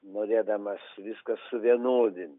norėdamas viską suvienodinti